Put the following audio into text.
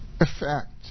effect